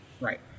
Right